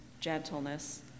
gentleness